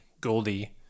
Goldie